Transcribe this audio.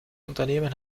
unternehmen